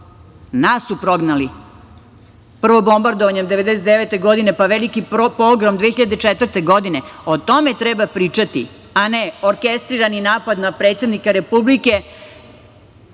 Nas su prognali, prvo bombardovanjem 1999. godine, pa, veliki pogrom 2004. godine. O tome treba pričati, a ne orkestrirani napad na predsednika Republike,